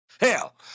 Hell